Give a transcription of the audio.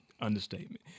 Understatement